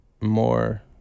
more